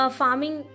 farming